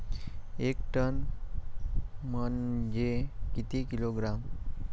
एक टन म्हनजे किती किलोग्रॅम?